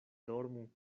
dormu